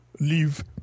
leave